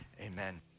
amen